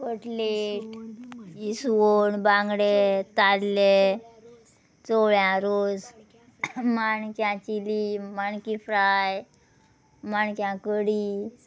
cutlet इसवण बांगडे ताल्लें चवळ्या रोस माणक्यां चिली माणकी फ्राय माणक्या कडी